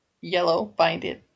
yellow-binded